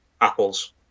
Apples